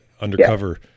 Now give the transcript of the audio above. undercover